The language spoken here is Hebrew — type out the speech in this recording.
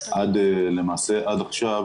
למעשה עד עכשיו